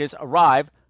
arrive